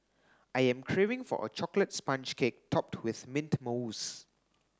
I am craving for a chocolate sponge cake topped with mint mousse